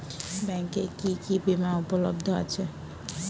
ব্যাংকে কি কি বিমা উপলব্ধ আছে?